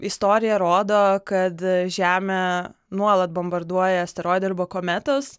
istorija rodo kad žemę nuolat bombarduoja asteroidai arba kometos